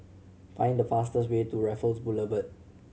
find the fastest way to Raffles Boulevard